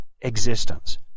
existence